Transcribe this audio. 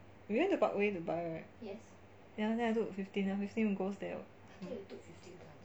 you went to parkway to buy right ya then I took fifteen fifteen goes there [what]